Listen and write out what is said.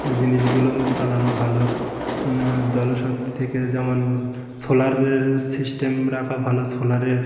জিনিসগুলো চালানো ভালো জলশক্তি থেকে যেমন সোলারের সিস্টেম রাখা ভালো সোলারের